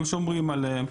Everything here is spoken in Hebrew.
הם שומרים עליהם,